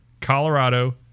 Colorado